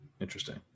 Interesting